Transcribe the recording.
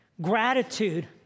gratitude